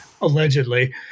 allegedly